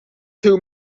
two